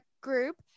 group